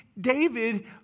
David